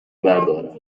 بردارم